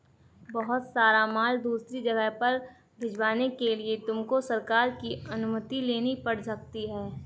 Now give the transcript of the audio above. बहुत सारा माल दूसरी जगह पर भिजवाने के लिए तुमको सरकार की अनुमति लेनी पड़ सकती है